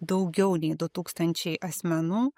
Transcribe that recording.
daugiau nei du tūkstančiai asmenų